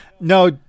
no